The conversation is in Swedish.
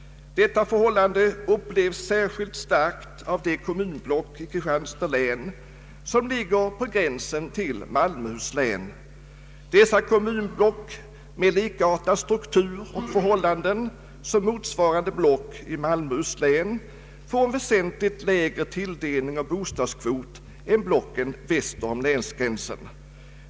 Detta förhållande upplevs särskilt starkt av de kommunblock i Kristianstads län som ligger på gränsen till Malmöhus län. Dessa kommunblock med likartad struktur och förhållanden som motsvarande block i Malmöhus län får en väsentligt lägre tilldelning av bostadskvot än blocken väster om länsgränsen.